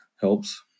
helps